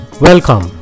Welcome